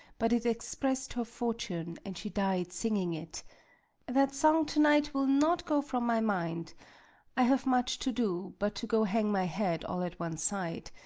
but it express'd her fortune, and she died singing it that song to-night will not go from my mind i have much to do but to go hang my head all at one side,